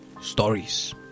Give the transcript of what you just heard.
stories